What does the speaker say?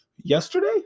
yesterday